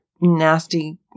nasty